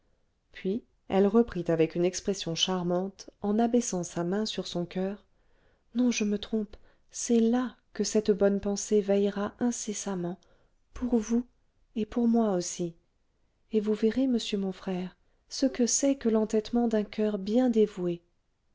puis elle reprit avec une expression charmante en abaissant sa main sur son coeur non je me trompe c'est là que cette bonne pensée veillera incessamment pour vous et pour moi aussi et vous verrez monsieur mon frère ce que c'est que l'entêtement d'un coeur bien dévoué